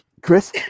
Chris